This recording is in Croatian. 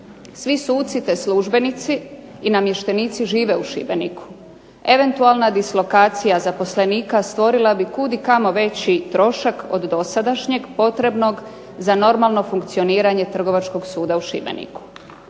Svi suci te službenici i namještenici žive u Šibeniku. Eventualna dislokacija zaposlenika stvorila bi kud i kamo veći trošak od dosadašnjeg potrebnog za normalno funkcioniranje Trgovačkog suda u Šibeniku.